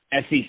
SEC